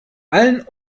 allen